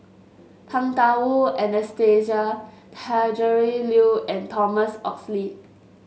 Tang Da Wu Anastasia Tjendri Liew and Thomas Oxley